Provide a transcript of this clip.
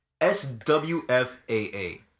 SWFAA